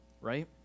right